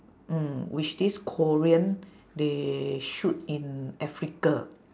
mm which this korean they shoot in africa